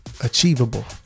achievable